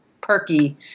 perky